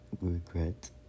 regret